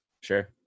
Sure